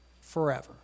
Forever